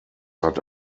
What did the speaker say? hat